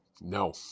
No